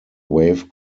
wave